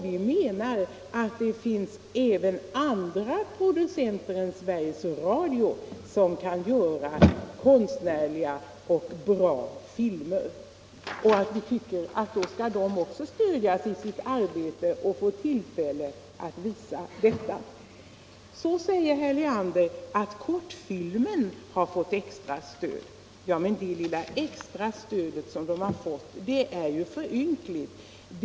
Vi anser att det finns även andra producenter än Sveriges Radio som kan göra konstnärliga och bra filmer. Även de bör stödjas i sitt arbete. Herr Leander framhåller att kortfilmerna har fått extra stöd. Ja, men det lilla extra stödet är för ynkligt.